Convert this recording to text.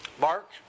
Mark